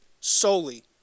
solely